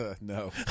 no